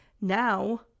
now